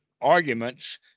arguments